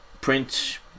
print